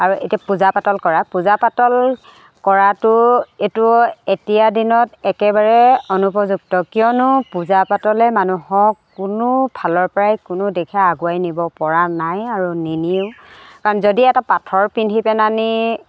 আৰু এতিয়া পূজা পাতল কৰা পূজা পাতল কৰাটো এইটো এতিয়াৰ দিনত একেবাৰে অনুপযুক্ত কিয়নো পূজা পাতলে মানুহক কোনো ফালৰ পৰাই কোনো দিশে আগুৱাই নিব পৰা নাই আৰু নিনিও কাৰণ যদি এটা পাথৰ পিন্ধি পেলাই নি